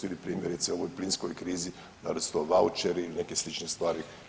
Ili primjerice u ovoj plinskoj krizi da li su to vaučeri ili neke slične stvari?